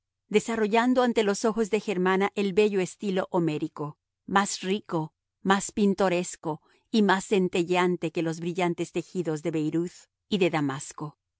desarrollando ante los ojos de germana el bello estilo homérico más rico más pintoresco y más centelleante que los brillantes tejidos de beyruth y de damasco